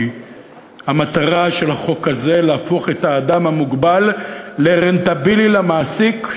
כי המטרה של החוק הזה היא להפוך את האדם המוגבל לרנטבילי למעסיק,